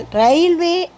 railway